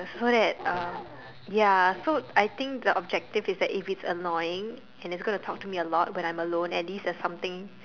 so that um ya so I think the objective is that if it's annoying and it's gonna talk to me a lot when I'm alone at least there's something